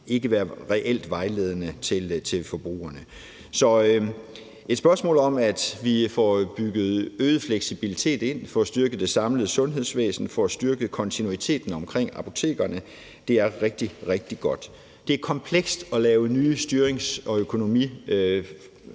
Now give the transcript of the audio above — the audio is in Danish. ville være reelt vejledende i forhold til forbrugerne. At vi får bygget øget fleksibilitet ind, får styrket det samlede sundhedsvæsen og får styrket kontinuiteten omkring apotekerne, er rigtig, rigtig godt. Det er komplekst at lave nye styrings- og økonomimodeller